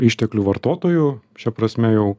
išteklių vartotojų šia prasme jau